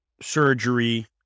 surgery